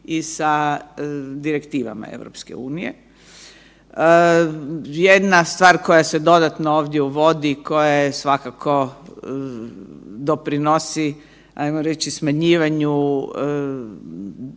i sa direktivama EU. Jedna stvar koja se dodatno uvodi koja je svakako doprinosi, ajmo reći smanjivanju trajanja